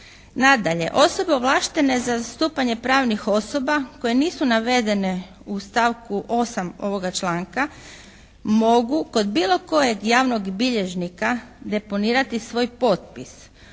Nadalje, osobe ovlaštene za zastupanje pravnih osoba koje nisu navedene u stavku 8. ovoga članka mogu kod bilo kojeg javnog bilježnika deponirati svoj potpis.